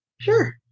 Sure